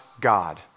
God